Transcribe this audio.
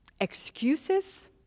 excuses